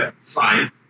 fine